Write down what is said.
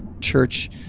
church